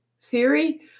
theory